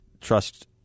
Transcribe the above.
trust